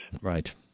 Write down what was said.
Right